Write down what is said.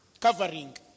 Covering